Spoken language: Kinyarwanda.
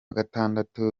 gatandatu